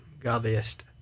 godliest